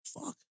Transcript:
Fuck